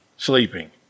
sleeping